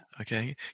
Okay